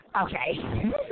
Okay